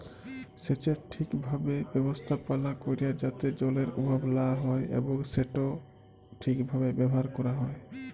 সেচের ঠিকভাবে ব্যবস্থাপালা ক্যরা যাতে জলের অভাব লা হ্যয় এবং সেট ঠিকভাবে ব্যাভার ক্যরা হ্যয়